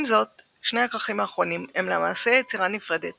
עם זאת, שני הכרכים האחרונים הם למעשה יצירה נפרדת